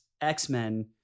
X-Men